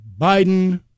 Biden